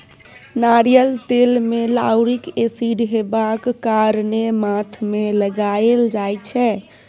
नारियल तेल मे लाउरिक एसिड हेबाक कारणेँ माथ मे लगाएल जाइ छै